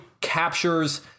captures